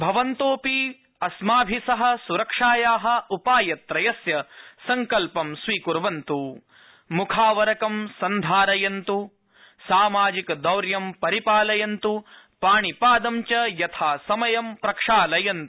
भवन्तोऽपि अस्माभि सह सुरक्षाया उपायत्रयस्य सड्कल्पं स्वीकुर्वन्तु मुखावरकं सन्धारयन्तु सामाजिकदौर्यं परिपालयन्तु पाणिपाद च यथासमयं प्रक्षालयन्त